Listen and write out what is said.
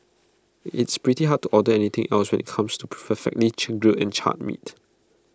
it's pretty hard to order anything else when IT comes to perfectly grilled and charred meats